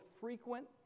frequent